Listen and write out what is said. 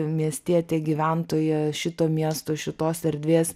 miestietė gyventoja šito miesto šitos erdvės